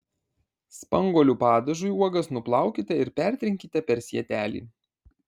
spanguolių padažui uogas nuplaukite ir pertrinkite per sietelį